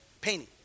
painting